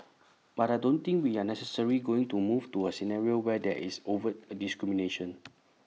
but I don't think we are necessary going to move to A scenario where there is overt A discrimination